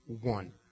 one